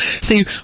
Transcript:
See